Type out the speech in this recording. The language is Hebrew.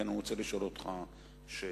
כי אני רוצה לשאול אותך שאלה.